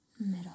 Middle